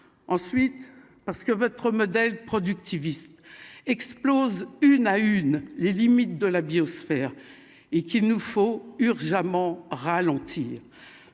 ensuite parce que votre modèle productiviste explose une à une les limites de la biosphère et qu'il nous faut urgemment ralentir,